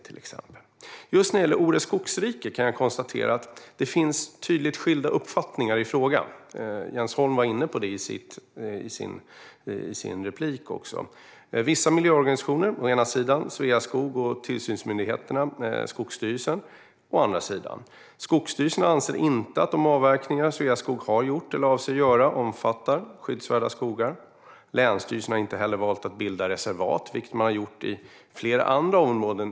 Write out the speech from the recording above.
När det gäller Ore skogsrike kan jag konstatera att det finns tydligt skilda uppfattningar i frågan. Jens Holm var inne på det i sitt inlägg. Det finns å ena sidan vissa miljöorganisationer, och å andra sidan Sveaskog, tillsynsmyndigheterna och Skogsstyrelsen. Skogsstyrelsen anser inte att de avverkningar Sveaskog har gjort eller avser att göra omfattar skyddsvärda skogar. Länsstyrelsen har inte heller valt att bilda reservat, vilket man har gjort i flera andra områden.